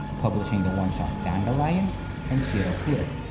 publishing the one shot dandelion and shirokuro.